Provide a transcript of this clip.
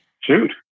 Shoot